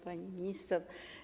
Pani Minister!